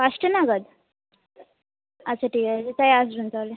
পাঁচটা নাগাদ আচ্ছা ঠিক আছে তাই আসবেন তাহলে